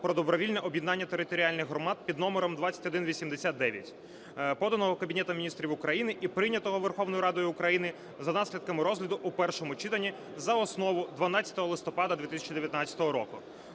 "Про добровільне об'єднання територіальних громад", під номером 2189, поданого Кабінетом Міністрів України і прийнятого Верховною Радою України за наслідками розгляду в першому читанні за основу 12 листопада 2019 року.